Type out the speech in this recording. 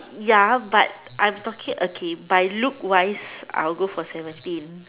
ya but I'm talking okay by look wise I'll go for seventeen